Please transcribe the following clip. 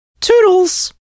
Toodles